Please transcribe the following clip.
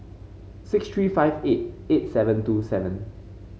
six three five eight eight seven two seven